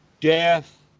death